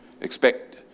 Expect